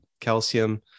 calcium